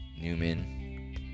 Newman